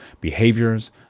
behaviors